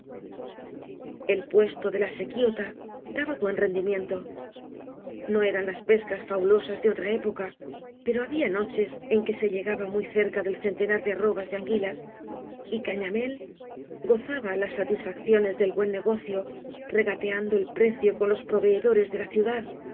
el puesto de la sequidta daba buen rendimien to no eran las pescas fabulosas de otra época pero había noches en que se llegaba muy cerca del centenar de arrobas de anguilas y gañamél gozaba las satisfacciones del buen negocio regateando el precio con los proveedores de la ciudad